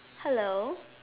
hello